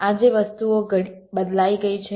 આજે વસ્તુઓ બદલાઈ ગઈ છે